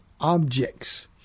objects